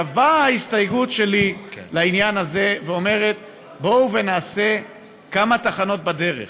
באה ההסתייגות שלי לעניין הזה ואומרת: בואו נעשה כמה תחנות בדרך.